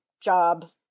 job